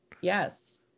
yes